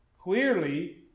Clearly